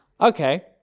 Okay